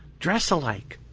dress alike.